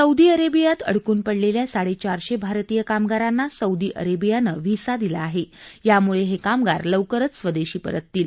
Saudi अरेबियात अडकून पडलेल्या साडेचारशे भारतीय कामगारांना सौदी अरेबियानं व्हिसा दिला आहे यामुळे हे कामगार लवकरच स्वदेशी परततील